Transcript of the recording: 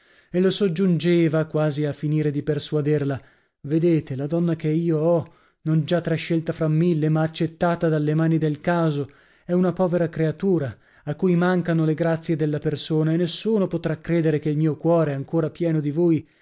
e le soggiungeva quasi a finire di persuaderla vedete la donna che io ho non già trascelta fra mille ma accettata dalle mani del caso è una povera creatura a cui mancano le grazie della persona e nessuno potrà credere che il mio cuore ancor pieno di voi